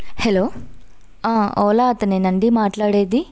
hello Ola అతనా అండి మాట్లాడేది